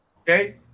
Okay